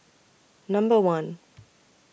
Number one